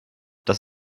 das